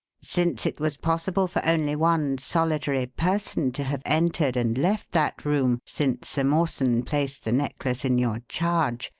since it was possible for only one solitary person to have entered and left that room since sir mawson placed the necklace in your charge,